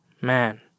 man